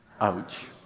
ouch